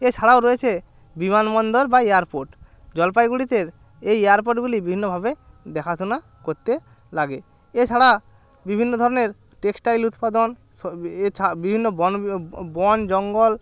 এছাড়াও রয়েছে বিমানবন্দর বা এয়ারপোর্ট জলপাইগুড়িতে এই এয়ারপোর্টগুলি বিভিন্নভাবে দেখাশোনা করতে লাগে এছাড়া বিভিন্ন ধরনের টেক্সটাইল উৎপাদন বিভিন্ন বন জঙ্গল